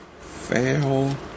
Fail